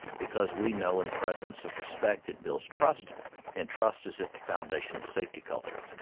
because we know in the presence of respect it builds trust and trust is at the foundation of a safety culture.